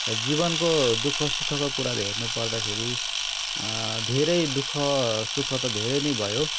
र जीवनको दु खसुखको कुराहरू हेर्नु पर्दाखेरि धेरै दु खसुख त धेरै नै भयो